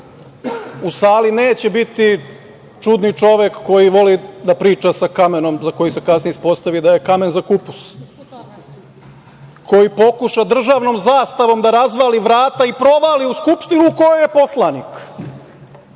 u sali neće biti čudni čovek koji voli da priča sa kamenom za koji se posle ispostavi da je kamen za kupus. Koji pokuša državnom zastavom da razvali vrata i provali u Skupštinu u kojoj je poslanik.